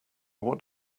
what